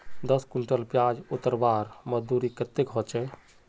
दस कुंटल प्याज उतरवार मजदूरी कतेक होचए?